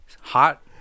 hot